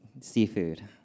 seafood